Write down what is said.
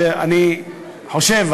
שאני חושב,